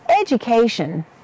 education